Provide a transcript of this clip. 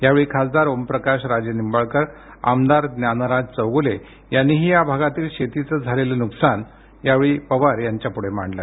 यावेळी खासदार ओमप्रकाश राजे निंबाळकर आमदार ज्ञानराज चौगुले यांनीही या भागातील शेतीचे झालेलं नुकसान यावेळी खासदार शरद पवार यांच्यापुढे मांडलं